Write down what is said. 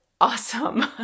awesome